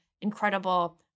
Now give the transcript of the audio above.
incredible